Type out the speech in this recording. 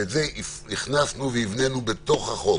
ואת זה הכנסנו והבנינו בחוק